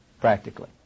practically